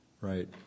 Right